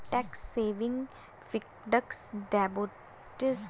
Tax saving fixed deposit क्या है?